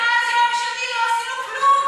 ומאז יום שני לא עשינו כלום?